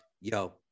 yo